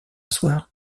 soir